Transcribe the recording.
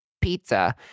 pizza